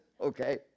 okay